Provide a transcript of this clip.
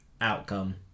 outcome